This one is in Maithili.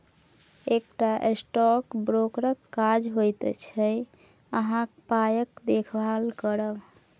एकटा स्टॉक ब्रोकरक काज होइत छै अहाँक पायक देखभाल करब